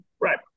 Right